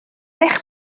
eich